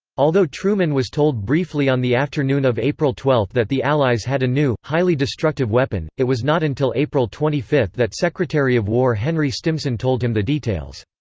although truman was told briefly on the afternoon of april twelve that the allies had a new, highly destructive weapon, it was not until april twenty five that secretary of war henry stimson told him the details.